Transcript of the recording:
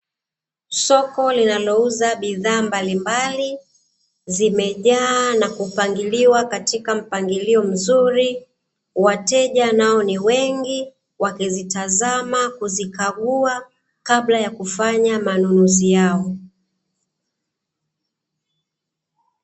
Soko linalouza bidhaa mbalimbali zimejaa na kupangiliwa katika mpangilio mzuri, wateja nao ni wengi wakizitazama, kuzikagua kabla ya kufanya manunuzi yao.